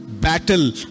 battle